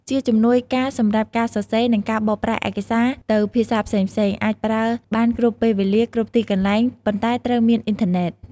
ជាជំនួយការសំរាប់ការសរសេរ និងការបកប្រែឯកសារទៅភាសាផ្សេងៗ អាចប្រើបានគ្រប់ពេលវេលា គ្រប់ទីកន្លែង ប៉ុន្តែត្រូវមានអ៊ីនធឺណេត។